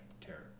terror